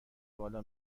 بالا